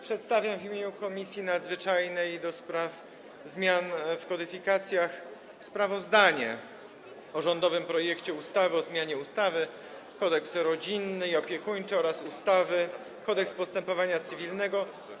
Przedstawiam w imieniu Komisji Nadzwyczajnej do spraw zmian w kodyfikacjach sprawozdanie o rządowym projekcie ustawy o zmianie ustawy Kodeks rodzinny i opiekuńczy oraz ustawy Kodeks postępowania cywilnego.